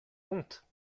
comte